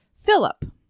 philip